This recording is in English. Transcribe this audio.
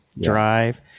drive